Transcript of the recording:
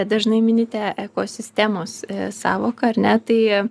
dažnai minite ekosistemos sąvoką ar ne tai